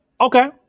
okay